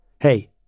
Hey